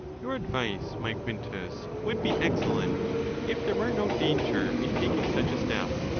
your advice, my quintus, would be excellent if there were no danger in taking such a step.